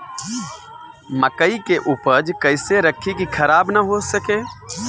मकई के उपज कइसे रखी की खराब न हो सके?